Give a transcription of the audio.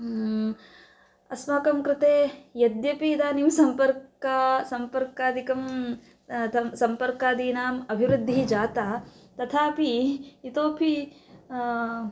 अस्माकं कृते यद्यपि इदानीं सम्पर्कं सम्पर्कादिकं तं सम्पर्कादीनाम् अभिवृद्धिः जाता तथापि इतोपि